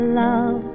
love